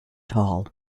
tall